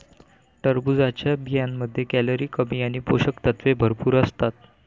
टरबूजच्या बियांमध्ये कॅलरी कमी आणि पोषक तत्वे भरपूर असतात